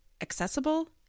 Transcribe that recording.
accessible